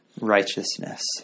righteousness